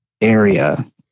area